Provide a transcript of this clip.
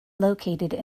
located